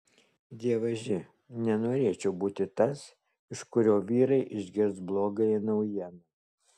dievaži nenorėčiau būti tas iš kurio vyrai išgirs blogąją naujieną